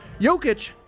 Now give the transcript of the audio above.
Jokic